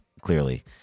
clearly